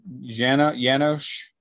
Janos